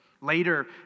Later